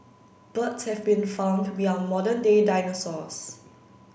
birds have been found to be our modern day dinosaurs